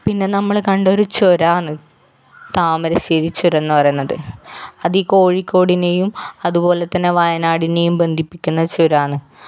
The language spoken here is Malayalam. പിന്നെ നമ്മൾ കണ്ടൊരു ചുരാണ് താമരശ്ശേരി ചുരം എന്ന് പറയുന്നത് അത് ഈ കോഴിക്കോടിനെയും അതുപോലെ തന്നെ വയനാടിനെയും ബന്ധിപ്പിക്കുന്ന ചുരം ആണ്